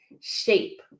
shape